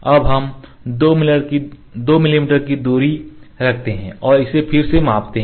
अब हम 2 मिमी के रूप में दूरी रखते हैं और इसे फिर से मापते हैं